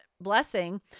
blessing